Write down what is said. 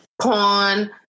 pawn